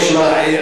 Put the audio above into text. תשמע,